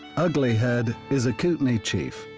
ugly head, is a kootenai chief,